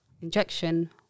injection